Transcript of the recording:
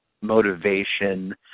motivation